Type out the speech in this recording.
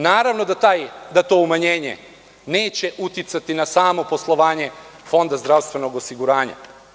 Naravno da to umanjenje neće uticati na samo poslovanje Fonda zdravstvenog osiguranja.